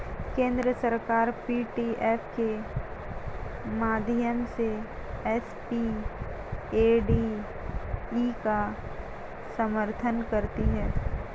केंद्र सरकार पी.डी.एफ के माध्यम से एस.पी.ए.डी.ई का समर्थन करती है